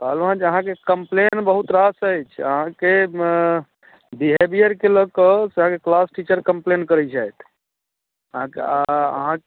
कहलहुॅं जे अहाँके कम्प्लेन्ट बहुत रास अछि अहाँके बिहेवियरके लऽ कऽ से अहाँके किलास टीचर कम्प्लेन्ट करै छथि अहाँके अहाँ